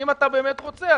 אם אתה באמת רוצה,